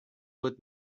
would